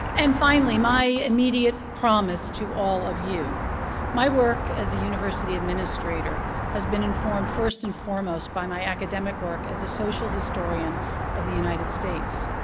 and finally, my immediate promise to all of you my work as a university administrator has been informed, first and foremost, by my academic work as a social historian of the united states.